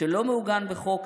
שלא מעוגן בחוק,